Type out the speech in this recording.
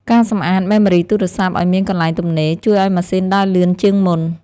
ការសម្អាតមេម៉ូរីទូរស័ព្ទឱ្យមានកន្លែងទំនេរ ជួយឱ្យម៉ាស៊ីនដើរលឿនជាងមុន។